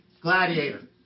Gladiator